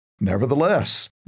Nevertheless